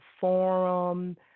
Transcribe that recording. Forum